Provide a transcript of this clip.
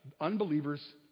unbelievers